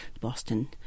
Boston